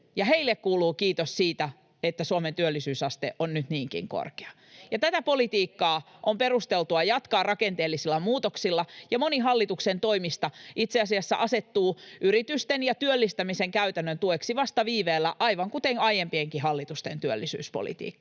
heille kuuluu kiitos siitä, että Suomen työllisyysaste on nyt niinkin korkea. Tätä politiikkaa on perusteltua jatkaa rakenteellisilla muutoksilla, ja moni hallituksen toimista itse asiassa asettuu yritysten ja työllistämisen käytännön tueksi vasta viiveellä, aivan kuten aiempienkin hallitusten työllisyyspolitiikka.